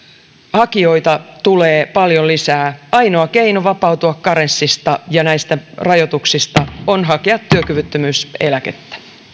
hakijoita tulee paljon lisää ainoa keino vapautua karenssista ja näistä rajoituksista on hakea työkyvyttömyyseläkettä